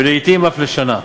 ולעתים אף שנה,